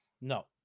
No